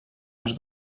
als